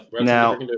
Now